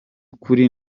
ukuri